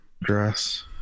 Dress